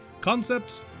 concepts